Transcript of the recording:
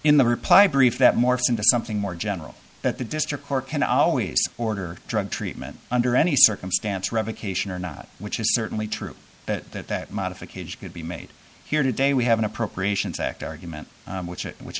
in the reply brief that morphs into something more general that the district court can always order drug treatment under any circumstance revocation or not which is certainly true that a modification could be made here today we have an appropriations act argument which